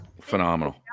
Phenomenal